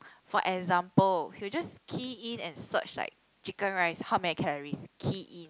for example he will just key in and search like Chicken Rice how many calories key in